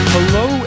Hello